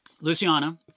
Luciana